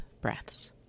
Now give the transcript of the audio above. breaths